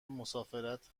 مسافرت